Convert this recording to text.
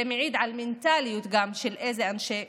זה מעיד גם על מנטליות של איזה אנשי משטרה.